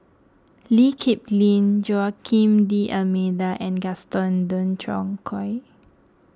Lee Kip Lin Joaquim D'Almeida and Gaston Dutronquoy